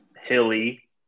Hilly